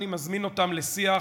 אני מזמין אותם לשיח